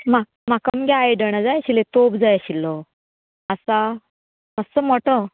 म्हाक् म्हाका मगे आयडणां जाय आशिल्लें तोप जाय आशिल्लो आसा मात्सो मोटो